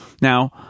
Now